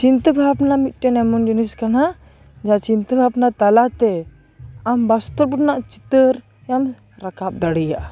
ᱪᱤᱱᱛᱟᱹ ᱵᱷᱟᱵᱱᱟ ᱢᱤᱫᱴᱮᱱ ᱮᱢᱚᱱ ᱡᱤᱱᱤᱥ ᱠᱟᱱᱟ ᱡᱟᱦᱟᱸ ᱪᱤᱱᱛᱟᱹ ᱵᱷᱟᱵᱱᱟ ᱛᱟᱞᱟᱛᱮ ᱟᱢ ᱵᱟᱥᱛᱚᱵ ᱨᱮᱱᱟᱜ ᱪᱤᱛᱟᱹᱨ ᱟᱢ ᱨᱟᱠᱟᱵ ᱫᱟᱲᱮᱭᱟᱜᱼᱟ